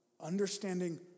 understanding